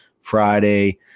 Friday